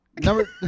Number